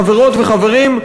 חברות וחברים,